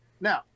Now